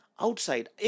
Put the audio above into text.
Outside